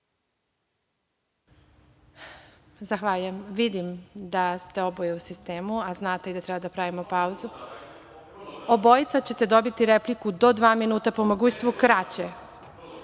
Zahvaljujem. Vidim da ste oboje u sistemu, a znate da treba da pravimo pauzu. Obojica ćete dobiti repliku do dva minuta, po mogućstvu i